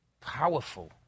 Powerful